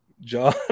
John